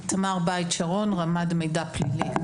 רמ"ד מידע פלילי.